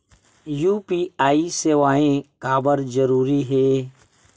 UPI सेवाएं काबर जरूरी हे?